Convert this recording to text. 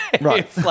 Right